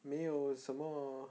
没有什么